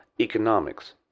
economics